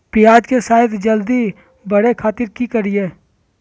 प्याज के साइज जल्दी बड़े खातिर की करियय?